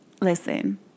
listen